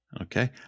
Okay